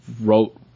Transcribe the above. wrote